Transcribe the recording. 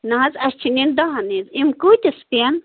نہٕ حَظ اسہِ چھِ نین دہن ہنٛز یِم کۭتِس پٮ۪ن